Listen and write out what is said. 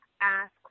ask